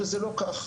וזה לא כך.